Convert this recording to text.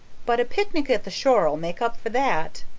but a picnic at the shore'll make up for that.